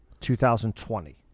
2020